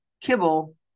kibble